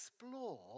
explore